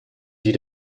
die